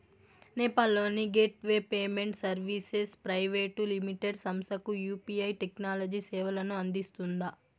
నేపాల్ లోని gateway payment services private limited సంస్థకు UPI technology సేవలను అందిస్తుందా?